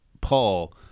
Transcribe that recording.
Paul